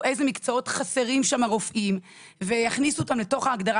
באיזה מקצועות חסרים שם רופאים ויכניסו אותם לתוך ההגדרה